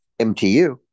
mtu